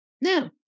No